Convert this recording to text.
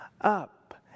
up